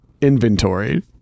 inventory